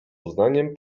uznaniem